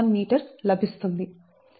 611m లభిస్తుంది